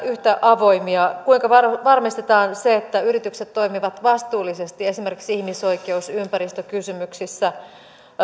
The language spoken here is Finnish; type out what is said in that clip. yhtä avoimia kuinka varmistetaan se että yritykset toimivat vastuullisesti esimerkiksi ihmisoikeus ja ympäristökysymyksissä